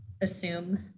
assume